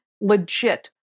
legit